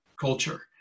culture